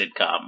sitcom